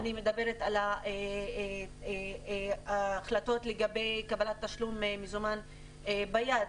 אני מדברת על ההחלטות לגבי קבלת תשלום מזומן ביד,